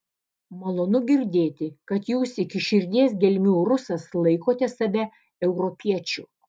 malonu girdėti kad jūs iki širdies gelmių rusas laikote save europiečiu